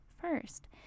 first